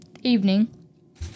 evening